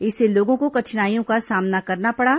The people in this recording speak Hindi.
इससे लोगों को कठिनाइयों का सामना करना पड़ा